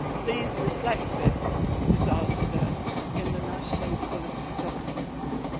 please reflect this disaster in the national policy document.